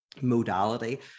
modality